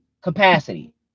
capacity